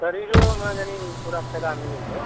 सरीरो मे य नि पूरा फायदा मिलै छै